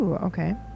Okay